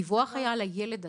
הדיווח היה על הילד עצמו.